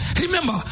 Remember